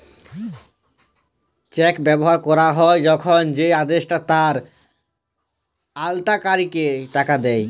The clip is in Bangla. চেক ব্যবহার ক্যরা হ্যয় যখল যে আদেষ্টা তার আমালতকারীকে টাকা দেয়